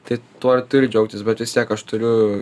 tai tuo turi džiaugtis bet vis tiek aš turiu